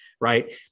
right